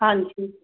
ਹਾਂਜੀ